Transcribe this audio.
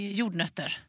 jordnötter